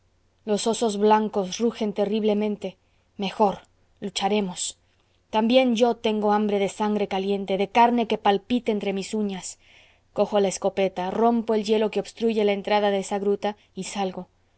los osos blancos rugen terriblemente mejor lucharemos también yo tengo hambre de sangre caliente de carne que palpite entre mis uñas cojo la escopeta rompo el hielo que obstruye la entrada de esta gruta y salgo